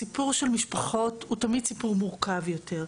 הסיפור של משפחות הוא תמיד סיפור מורכב יותר.